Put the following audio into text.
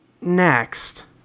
Next